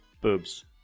boobs